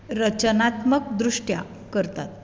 रचनात्मक दृश्ट्यान करता